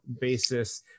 basis